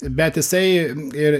bet jisai ir